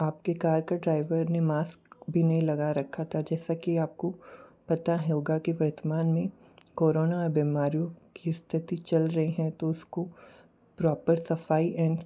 आपके कार का ड्राइवर ने मास्क भी नहीं लगा रखा था जैसा कि आपको पता होगा कि वर्तमान में कोरोना बीमारियों की स्थिति चल रहीं हैं तो उसको प्रॉपर सफाई एन